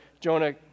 Jonah